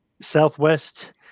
Southwest